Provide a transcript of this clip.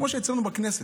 כמו אצלנו בכנסת.